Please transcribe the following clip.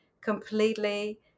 completely